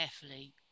carefully